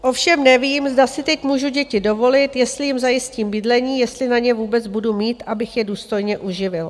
Ovšem nevím, zda si teď můžu děti dovolit, jestli jim zajistím bydlení, jestli na ně vůbec budu mít, abych je důstojně uživil.